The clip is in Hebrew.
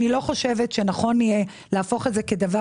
אני לא חושבת שנכון יהיה להפוך את זה כדבר